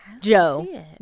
Joe